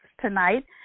tonight